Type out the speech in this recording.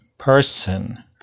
person